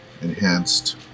enhanced